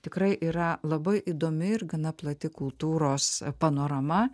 tikrai yra labai įdomi ir gana plati kultūros panorama